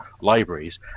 libraries